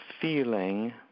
feeling